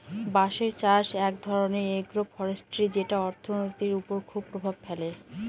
বাঁশের চাষ এক ধরনের এগ্রো ফরেষ্ট্রী যেটা অর্থনীতির ওপর খুব প্রভাব ফেলে